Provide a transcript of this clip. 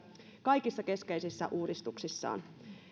kaikissa keskeisissä uudistuksissaan